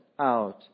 out